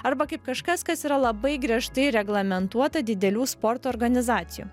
arba kaip kažkas kas yra labai griežtai reglamentuota didelių sporto organizacijų